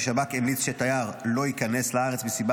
שבו שב"כ המליץ שתייר לא ייכנס לארץ מסיבה